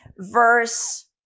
verse